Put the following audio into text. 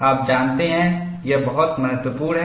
आप जानते हैं यह बहुत महत्वपूर्ण है